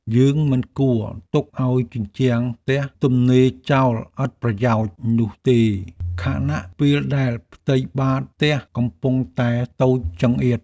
យើងមិនគួរទុកឱ្យជញ្ជាំងផ្ទះទំនេរចោលឥតប្រយោជន៍នោះទេខណៈពេលដែលផ្ទៃបាតផ្ទះកំពុងតែតូចចង្អៀត។